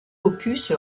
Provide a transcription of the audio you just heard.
opus